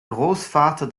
großvater